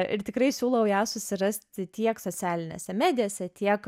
ir tikrai siūlau ją susirasti tiek socialinėse medijose tiek